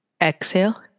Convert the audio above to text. Exhale